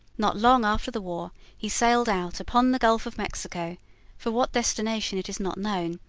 not long after the war he sailed out upon the gulf of mexico for what destination it is not known,